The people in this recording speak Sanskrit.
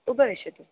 उपविशतु